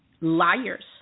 liars